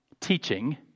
teaching